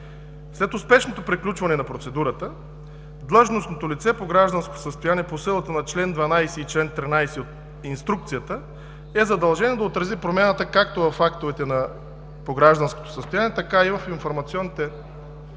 След успешното приключване на процедурата длъжностното лице по гражданско състояние по силата на чл. 12 и чл. 13 от Инструкцията е задължено да отрази промяната както в актовете по гражданско състояние, така и в информационните фондове на